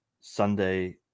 Sunday